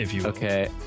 Okay